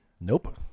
Nope